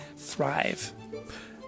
thrive